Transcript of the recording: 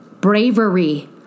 Bravery